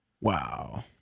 Wow